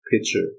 picture